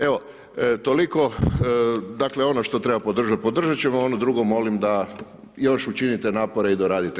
Evo toliko, dakle ono što treba podržat, podržat ćemo, a ono drugo molim da još učinite napore i doradite.